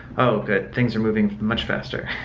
oh, good, thanks for moving much faster.